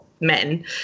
men